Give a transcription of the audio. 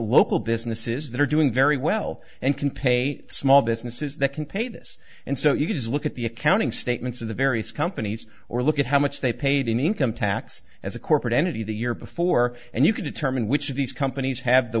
local businesses that are doing very well and can pay small businesses that can pay this and so you can look at the accounting statements of the various companies or look at how much they paid in income tax as a corporate entity the year before and you can determine which of these companies have the